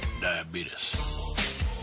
diabetes